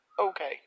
okay